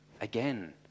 Again